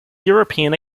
european